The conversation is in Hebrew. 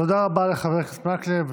תודה לחבר הכנסת מקלב.